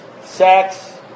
sex